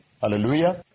Hallelujah